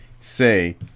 say